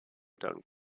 dunk